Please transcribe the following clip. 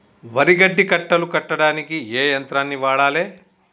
వరి గడ్డి కట్టలు కట్టడానికి ఏ యంత్రాన్ని వాడాలే?